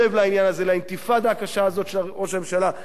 לאינתיפאדה הקשה הזאת של ראש הממשלה על התקשורת,